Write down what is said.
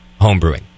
homebrewing